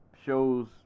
shows